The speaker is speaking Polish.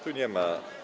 Tu nie ma.